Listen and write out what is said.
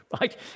right